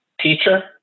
teacher